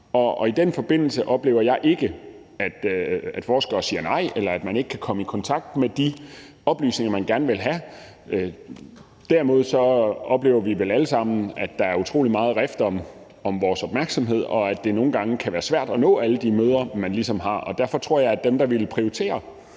I den forbindelse oplever jeg ikke, at forskere siger nej, eller at man ikke kan komme i kontakt med de oplysninger, man gerne vil have. Derimod oplever vi vel alle sammen, at der er utrolig meget rift om vores opmærksomhed, og at det nogle gange kan være svært at nå alle de møder, man ligesom har. Derfor tror jeg, at dem, der ville prioritere